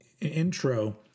intro